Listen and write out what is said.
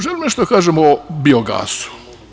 Želim nešto da kažem o biogasu.